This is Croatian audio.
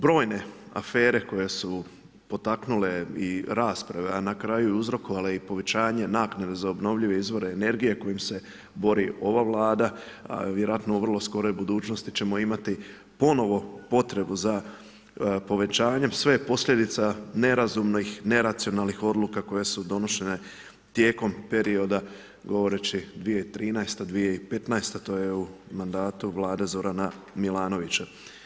Brojne afere koje su potaknule i rasprave, a na kraju uzrokovale povećanje naknade za obnovljive izvore energije kojim se bori ova Vlada, a vjerojatno u vrlo skoroj budućnosti ćemo imati ponovo potrebu za povećanjem sve je posljedica nerazumnih, neracionalnih odluka koje su donošene tijekom perioda govoreći 2013.-2015. to je u mandatu vlade Zorana Milanovića.